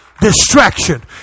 Distraction